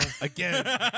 Again